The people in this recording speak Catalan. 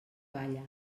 balla